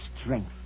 strength